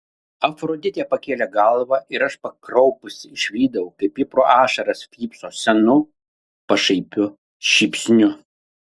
afroditė pakėlė galvą ir aš pakraupusi išvydau kaip ji pro ašaras vypso senu pašaipiu šypsniu